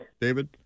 David